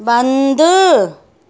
बंदि